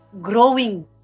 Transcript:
growing